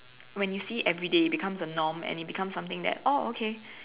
when you see it everyday it becomes a norm and it becomes that oh okay